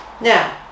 Now